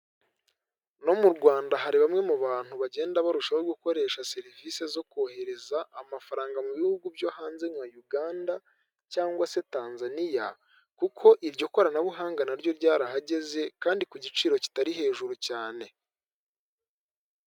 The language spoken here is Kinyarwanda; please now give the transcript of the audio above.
No mu Rwanda hari bamwe mu bantu bagenda barushaho gukoresha serivisi zo kohereza amafaranga mu bihugu byo hanze nka Uganda cyangwa se Tanzania kuko iryo koranabuhanga naryo ryarahageze kandi ku giciro kitari hejuru cyane .